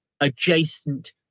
adjacent